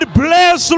bless